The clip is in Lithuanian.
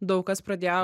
daug kas pradėjo